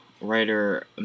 writer